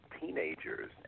teenagers